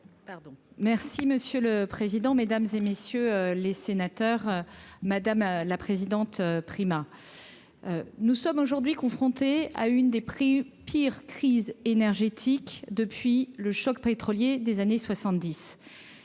Monsieur le président, mesdames, messieurs les sénateurs, madame la présidente Primas, nous sommes aujourd'hui confrontés à l'une des pires crises énergétiques depuis le choc pétrolier des années 1970.